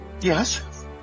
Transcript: Yes